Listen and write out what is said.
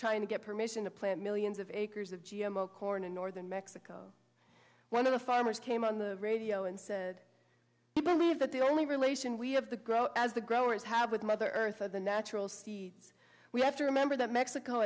trying to get permission to plant millions of acres of g m o corn in northern mexico one of the farmers came on the radio and said i believe that the only relation we have the grow as the growers have with mother earth of the natural sea we have to remember that mexico